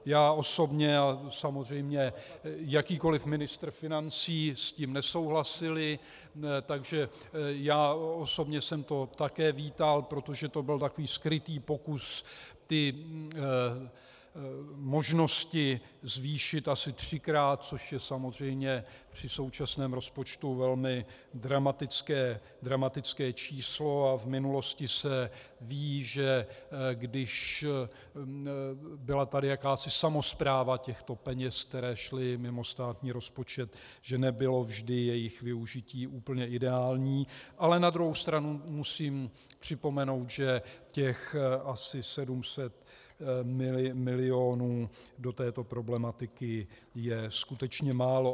Já osobně a samozřejmě jakýkoliv ministr financí jsme s tím nesouhlasili, takže já osobně jsem to také vítal, protože to byl takový skrytý pokus ty možnosti zvýšit asi třikrát, což je samozřejmě při současném rozpočtu velmi dramatické číslo, a v minulosti se ví, že když byla tady jakási samospráva těchto peněz, které šly mimo státní rozpočet, že nebylo vždy jejich využití úplně ideální, ale na druhou stranu musím připomenout, že těch asi 700 mil. do této problematiky je skutečně málo.